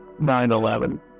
9-11